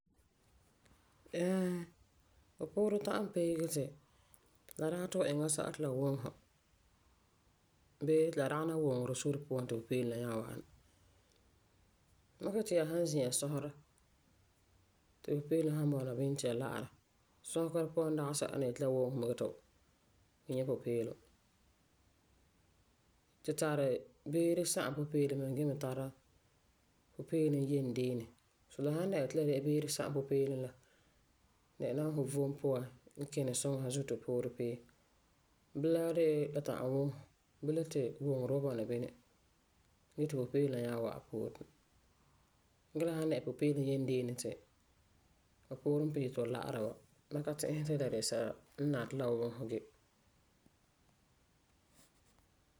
Ɛɛn, fu puurɛ ta'am pee gee ti la dagi ti fu iŋɛ la sɛla ti la wuŋɛ fu. Bee ti la dagena wuŋerɛ sore puan ti pupeelum la nyaa wa'am na. N makɛ yeti ya san zi'a sɔsera ti pupeelum san bɔna bini ti ya la'ara, sɔsega la puan dagi ti la yeti la wuŋɛ fu mɛ gee ti fu nyaa nyɛ pupeelum. Tu tari beere sa'am pupeelum mɛ gee tara pupeelum yen deeni. So la san dɛna la beere sa'am pupeelum la dɛna fu vom n kini suŋa zuo ti fu puurɛ pee. Bilam la dee la ta'am wuŋɛ fu. Bilam ti wuŋerɛ la wan bɔna bini ge ti pupeelum la nyaa wa'am pooren na. Gee la san dɛna pupeelum yen deeni ti fu puurɛ n pee ti fu la'ara wa, mam ka ti'isɛ la de sɛla n nari ti la wɔŋɛ fu ge.